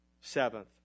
Seventh